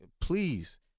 please